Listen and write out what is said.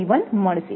2V1 મળશે